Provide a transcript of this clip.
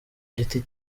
giti